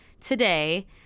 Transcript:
today